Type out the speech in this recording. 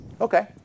Okay